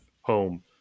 home